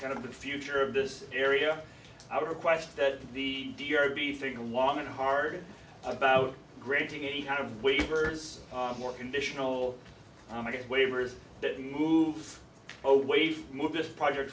kind of the future of this area i would request that the d r be thinking long and hard about granting any kind of waivers more conditional get waivers that move oh wait move this project